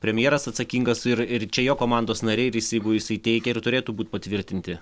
premjeras atsakingas ir ir čia jo komandos nariai ir jis jeigu jisai teikė ir turėtų būt patvirtinti